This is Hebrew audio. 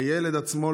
הילד עצמו,